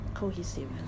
cohesive